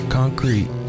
concrete